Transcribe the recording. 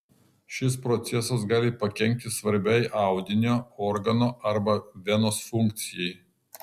šis procesas gali pakenkti svarbiai audinio organo arba venos funkcijai